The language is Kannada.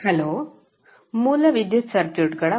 ಹಲೋ ಮೂಲ ವಿದ್ಯುತ್ ಸರ್ಕ್ಯೂಟ್ಗಳelectrical circuits